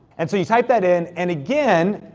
and so you type that in, and again,